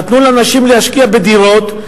נתנו לאנשים להשקיע בדירות,